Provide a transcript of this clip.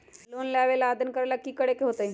Loan लेबे ला आवेदन करे ला कि करे के होतइ?